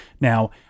now